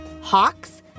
hawks